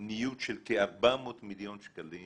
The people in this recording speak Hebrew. ניוד של כ-400 מיליון שקלים